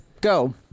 go